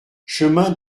chemin